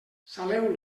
saleu